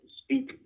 speak